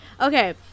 Okay